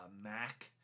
Mac